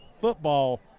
football